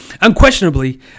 Unquestionably